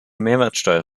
mehrwertsteuer